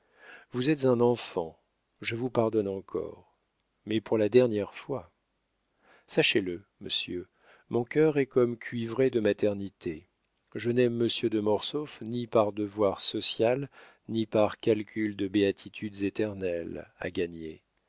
vous êtes un enfant je vous pardonne encore mais pour la dernière fois sachez-le monsieur mon cœur est comme enivré de maternité je n'aime monsieur de mortsauf ni par devoir social ni par calcul de béatitudes éternelles à gagner